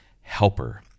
helper